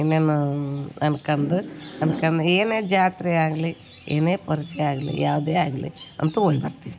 ಇನ್ನೇನೂ ಅನ್ಕೊಂಡು ಅನ್ಕೊಂಡ್ ಏನೇ ಜಾತ್ರೆ ಆಗಲಿ ಏನೇ ಪರಿಸೆ ಆಗಲಿ ಯಾವುದೇ ಆಗಲಿ ಅಂತು ಹೋಗ್ ಬರ್ತೀವಿ